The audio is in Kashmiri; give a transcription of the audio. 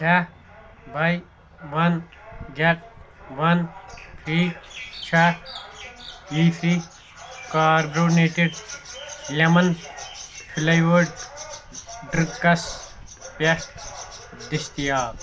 کیٛاہ buy one get one free چھا بی سی کاربونیٹِڈ لیمن فُلیوٲرڈ ڈرِنٛکس پٮ۪ٹھ دٔستیاب